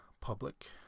public